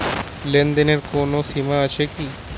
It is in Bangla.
লেনদেনের কোনো সীমা আছে কি?